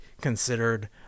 considered